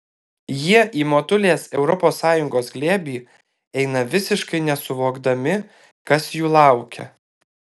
jie į motulės europos sąjungos glėbį eina visiškai nesuvokdami kas jų laukia